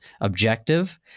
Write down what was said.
objective